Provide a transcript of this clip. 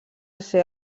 ser